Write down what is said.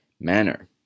manner